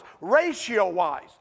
ratio-wise